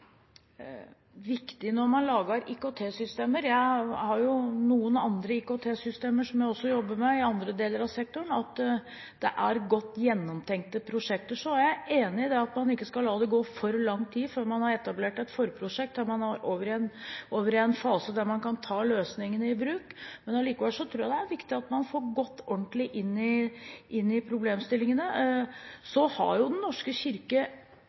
viktig når man lager IKT-systemer – jeg har jo noen andre IKT-systemer som jeg også jobber med, i andre deler av sektoren – at det er godt gjennomtenkte prosjekter. Jeg er enig i at man ikke skal la det gå for lang tid fra man har etablert et forprosjekt, til man er over i en fase der man kan ta løsningene i bruk, men allikevel tror jeg det er viktig at man får gått ordentlig inn i problemstillingene. Det er ikke sånn at man ikke bruker penger på IKT-løsninger i Den norske kirke